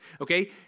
Okay